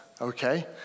Okay